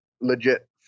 legit